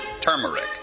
turmeric